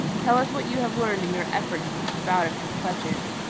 tell us what you have learned in your efforts to keep out of his clutches.